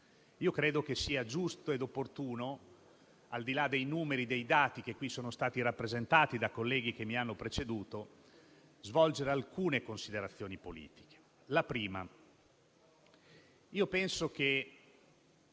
io credo sia giusto ed opportuno, al di là dei numeri e dei dati che qui sono stati rappresentati dai colleghi che mi hanno preceduto, svolgere alcune considerazioni politiche. Il più importante